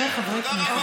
אבל הינה,